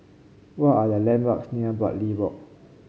what are the landmarks near Bartley Walk